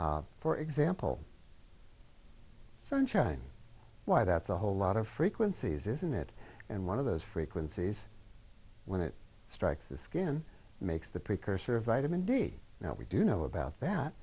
for example sunshine why that's a whole lot of frequencies isn't it and one of those frequencies when it strikes the skin makes the precursor vitamin d now we do know about that